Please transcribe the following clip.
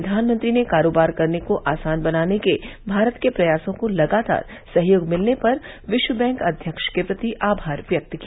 प्रघानमंत्री ने कारोबार करने को आसान बनाने के भारत के प्रयासों को लगातार सहयोग मिलने पर विश्व बैंक अव्यक्ष के प्रति आमार व्यक्त किया